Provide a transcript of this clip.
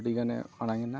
ᱟᱹᱰᱤᱜᱟᱱᱮ ᱢᱟᱲᱟᱝᱮᱱᱟ